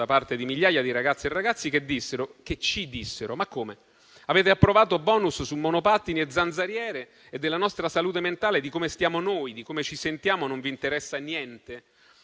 parte di migliaia di ragazze e ragazzi che ci dissero "ma come, avete approvato *bonus* su monopattini e zanzariere e della nostra salute mentale, di come stiamo noi, di come ci sentiamo non vi interessa niente?".